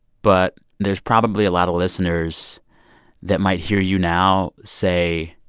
but there's probably a lot of listeners that might hear you now say